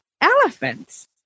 elephants